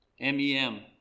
m-e-m